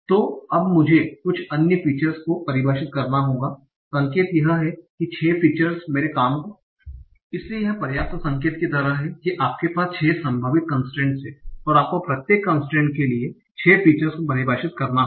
तो अब मुझे कुछ अन्य फीचर्स को परिभाषित करना होगा और संकेत यह है कि छह फीचर मेरे काम को आसान बना देंगे इसलिए यह पर्याप्त संकेत की तरह है कि आपके पास छह संभावित कंसट्रैंटस हैं और आपको प्रत्येक कंसट्रैंट के लिए छह फीचर्स को परिभाषित करना होगा